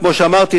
כמו שאמרתי,